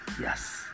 yes